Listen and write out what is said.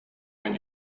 ein